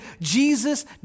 Jesus